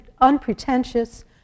unpretentious